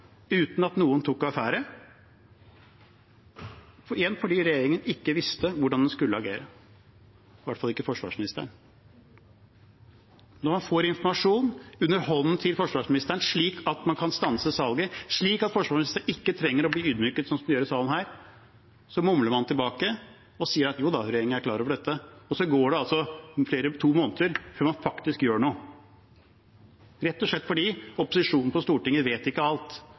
uten at noen tok affære – igjen fordi regjeringen ikke visste hvordan den skulle agere, i hvert fall ikke forsvarsministeren. Når forsvarsministeren får informasjon under hånden, slik at man kan stanse salget, slik at forsvarsministeren ikke trenger å bli ydmyket, sånn som en gjør i salen her, så mumler man tilbake og sier at jo da, regjeringen er klar over dette, og så går det altså to måneder før man faktisk gjør noe, rett og slett fordi opposisjonen på Stortinget ikke vet alt.